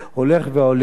הולך ועולה.